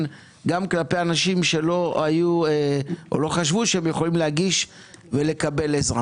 גם כלפי אנשים שלא חשבו שהם יכולים להגיש ולקבל עזרה.